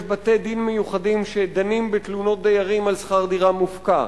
יש בתי-דין מיוחדים שדנים בתלונות דיירים על שכר דירה מופקע,